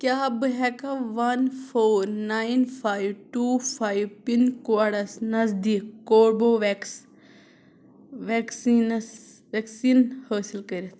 کیٛاہ بہٕ ہٮ۪کا one four nine five two five pin codes نزدیٖک کوربو وٮ۪کٕس وٮ۪کسیٖنَس وٮ۪کسیٖن حٲصِل کٔرِتھ